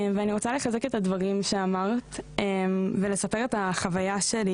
אני רוצה לחזק את הדברים שאמרת ולספר את החוויה שלי